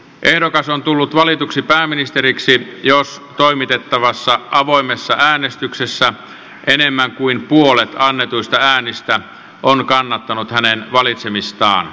ehdokas on tullut valituksi pääministeriksi jos toimitettavassa avoimessa äänestyksessä enemmän kuin puolet annetuista äänistä on kannattanut hänen valitsemistaan